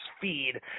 feed